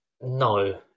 No